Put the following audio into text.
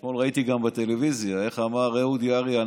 גם אתמול ראיתי גם בטלוויזיה איך אמר אהוד יערי,